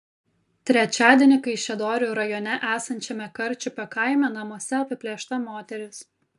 trečiadienį kaišiadorių rajone esančiame karčiupio kaime namuose apiplėšta moteris